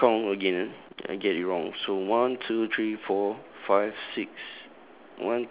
wait let me count again ah I get it wrong so one two three four five six